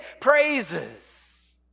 praises